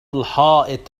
الحائط